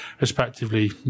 respectively